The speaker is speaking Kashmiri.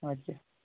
ادٕ کیاہ